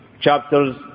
chapters